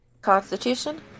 Constitution